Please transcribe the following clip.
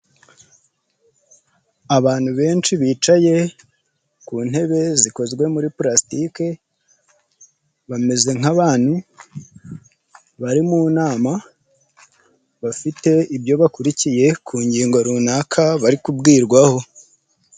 Abantu benshi bicaye ku ntebe zikozwe muri pulastiki bameze nka bantu bari mu nama bafite ibyo bakurikiye ku ngingo runaka bari kubwirwaho.